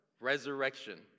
Resurrection